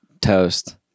toast